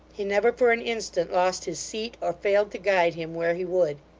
he never for an instant lost his seat, or failed to guide him where he would.